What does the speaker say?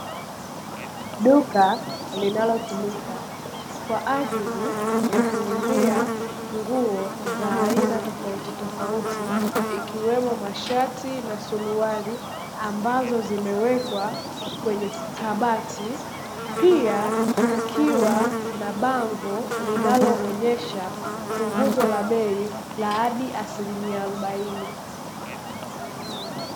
Duka linalotumika kwa ajili ya kuuzia nguo za aina tofautitofauti, ikiwemo mashati na suruali ambazo zimewekwa kwenye kabati. Pia kukiwa na bango linaloonyesha punguzo la bei la hadi asilimia arobaini.